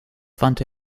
wandte